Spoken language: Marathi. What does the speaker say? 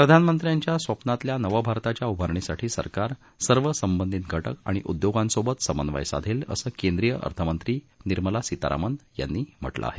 प्रधानमंत्र्यांच्या स्वप्नातल्या नवभारताच्या उभारणीसाठी सरकार सर्व संबंधित घटक अणि उद्योगासोबत समन्वय साधेल असं केंद्रीय अर्थमंत्री निर्मला सीतारामन यांनी म्हटलं आहे